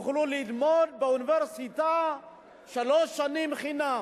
שיוכלו ללמוד באוניברסיטה שלוש שנים בחינם.